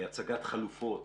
הצגת חלופות